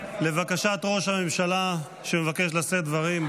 לבקשת ראש הממשלה, שמבקש לשאת דברים,